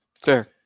Fair